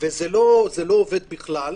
וזה לא עובד בכלל,